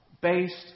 based